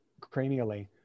cranially